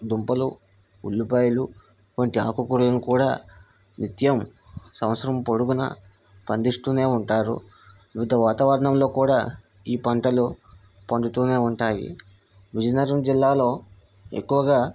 దుంపలు ఉల్లిపాయలు వంటి ఆకుకూరలను కూడా నిత్యం సంవత్సరం పొడుగునా పండిస్తూనే ఉంటారు వివిధ వాతావరణంలో కూడా ఈ పంటలు పండుతూనే ఉంటాయి విజయనగరం జిల్లాలో ఎక్కువగా